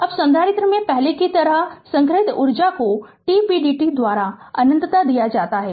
अब संधारित्र में पहले की तरह संग्रहीत ऊर्जा को t pdt द्वारा अनंतता दिया जाता है